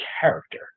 character